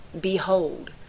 Behold